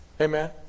Amen